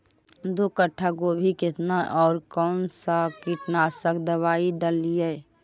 दो कट्ठा गोभी केतना और कौन सा कीटनाशक दवाई डालिए?